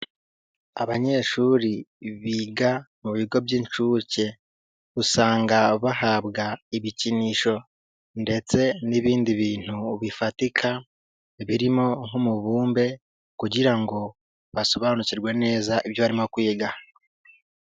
Abanyeshuri biga mu bigo by'inshuke, usanga bahabwa ibikinisho ndetse n'ibindi bintu bifatika birimo nk'umubumbe, kugira ngo basobanukirwe neza ibyo barimo kwiga.